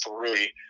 three